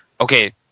Okay